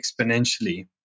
exponentially